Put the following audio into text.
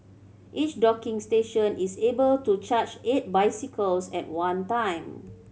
each docking station is able to charge eight bicycles at one time